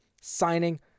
signing